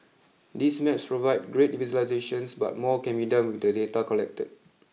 these maps provide great visualisations but more can be done with the data collected